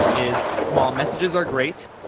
is while messages are great,